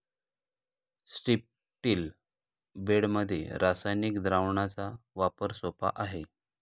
स्ट्रिप्टील बेडमध्ये रासायनिक द्रावणाचा वापर सोपा आहे